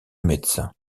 médecin